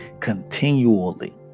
continually